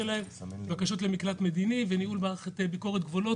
בקשות למקלט מדיני וניהול של מערכת הגבולות.